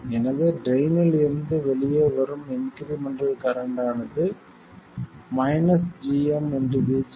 எனவே ட்ரைன்னில் இருந்து வெளியே வரும் இன்க்ரிமெண்டல் கரண்ட் ஆனது gm vGS